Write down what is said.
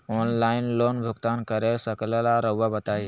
Online loan भुगतान कर सकेला राउआ बताई?